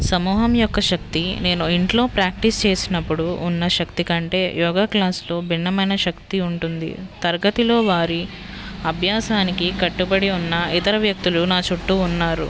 సమూహం యొక్క శక్తి నేను ఇంట్లో ప్రాక్టీస్ చేసినప్పుడు ఉన్న శక్తి కంటే యోగా క్లాస్లో భిన్నమైన శక్తి ఉంటుంది తరగతిలో వారి అభ్యాసానికి కట్టుబడి ఉన్న ఇతర వ్యక్తులు నా చుట్టూ ఉన్నారు